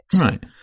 Right